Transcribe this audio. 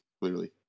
clearly